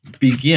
begin